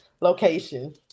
location